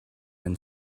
and